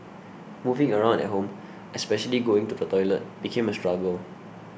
moving around at home especially going to the toilet became a struggle